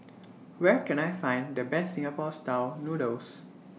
Where Can I Find The Best Singapore Style Noodles